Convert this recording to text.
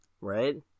Right